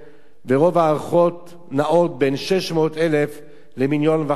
רוב ההערכות נעות בין 600,000 ל-1.5 מיליון איש.